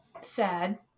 Sad